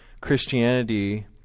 Christianity